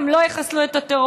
הן לא יחסלו את הטרור.